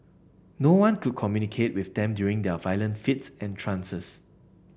no one could communicate with them during their violent fits and trances